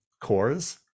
cores